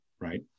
right